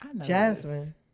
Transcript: Jasmine